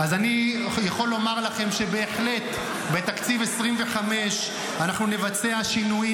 אני יכול לומר לכם שבהחלט בתקציב 2025 אנחנו נבצע שינויים